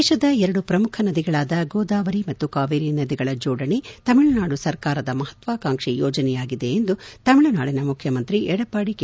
ದೇಶದ ಎರಡು ಪ್ರಮುಖ ನದಿಗಳಾದ ಗೋದಾವರಿ ಮತ್ತು ಕಾವೇರಿ ನದಿಗಳ ಜೋಡಣೆ ತಮಿಳುನಾಡು ಸರ್ಕಾರದ ಮಹತ್ವಾಕಾಂಕ್ಷಿ ಯೋಜನೆಯಾಗಿದೆ ಎಂದು ತಮಿಳುನಾಡಿನ ಮುಖ್ಯಮಂತ್ರಿ ಎಡಪ್ಲಾಡಿ ಕೆ